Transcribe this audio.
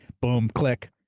boom, click.